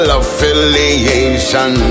affiliation